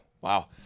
Wow